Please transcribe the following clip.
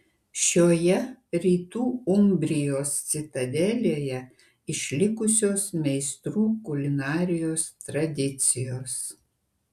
šioje rytų umbrijos citadelėje išlikusios meistrų kulinarijos tradicijos